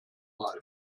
mal